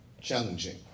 challenging